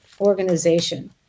organization